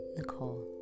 Nicole